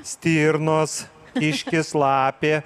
stirnos kiškis lapė